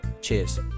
Cheers